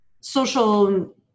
social